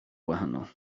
gwahanol